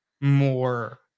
more